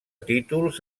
títols